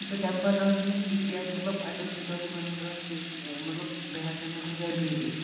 تہٕ تمہِ پَتہٕ آیہِ نہٕ مےٚ سیٖٹٕے اَتھِ مطلب اتہِ اوس یوٗتاہ لُکَن ہُنٛد رش کہِ مَطلَب بہٕ ہیٚکہٕ ہا نہٕ کُنہِ جایہِ بِہتھٕے